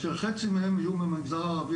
כאשר חצי מהם יהיו מהמגזר הערבי,